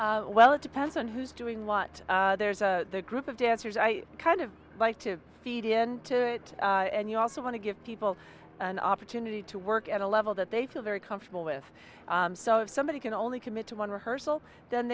a well it depends on who's doing what there's a group of dancers i kind of like to feed into it and you also want to give people an opportunity to work at a level that they feel very comfortable with so if somebody can only